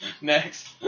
Next